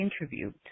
interviewed